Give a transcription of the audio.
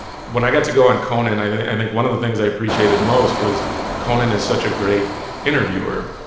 when i got to go on conan, i think one of the things i appreciated most was conan is such a great interviewer.